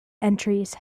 entries